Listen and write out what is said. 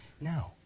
Now